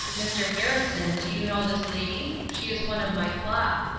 mr. harrison, do you know this lady? she is one of my flock.